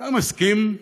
אתה מסכים?